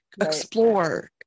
explore